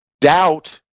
Doubt